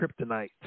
kryptonite